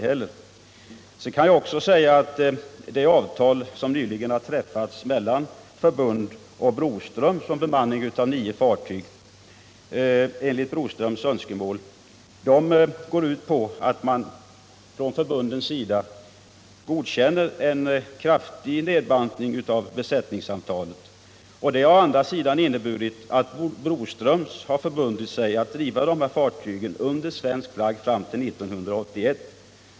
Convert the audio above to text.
Sedan kan jag säga att det avtal som nyligen har träffats mellan förbunden och Broströms om bemanning av nio fartyg innebär att man från förbundens sida godkänner en kraftig nedbantning av besättningarna. Det har å andra sidan inneburit att Broströms har förbundit sig att driva dessa fartyg under svensk flagg fram till 1981.